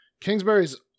Kingsbury's